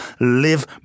live